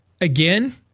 again